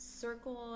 circle